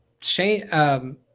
Shane